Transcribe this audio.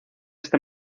este